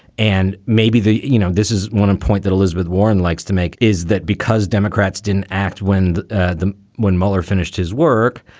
and maybe the you know, this is one point that elizabeth warren likes to make. is that because democrats didn't act when ah the when mueller finished his work.